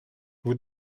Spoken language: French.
vous